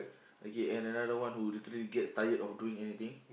okay and another one who literally gets tired of doing anything